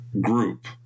group